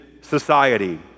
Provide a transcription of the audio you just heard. society